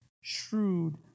shrewd